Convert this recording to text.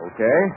Okay